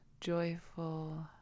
joyful